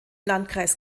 landkreis